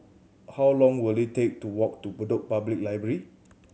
how long will it take to walk to Bedok Public Library